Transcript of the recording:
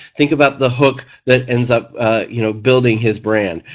think about the hook that ends up you know building his brand.